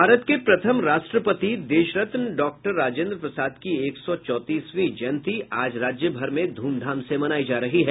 भारत के प्रथम राष्ट्रपति देशरत्न डॉक्टर राजेंद्र प्रसाद की एक सौ चौंतीसवीं जयंती आज राज्यभर में धूमधाम से मनायी जा रही है